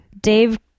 Dave